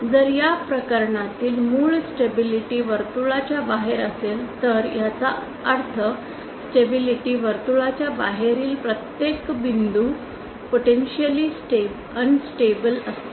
जर या प्रकरणातील मूळ स्टेबिलिटी वर्तुळाच्या बाहेर असेल तर याचा अर्थ स्टेबिलिटी वर्तुळाच्या बाहेरील प्रत्येक बिंदू पोटेंशिअलि अनन्स्टेबल असतो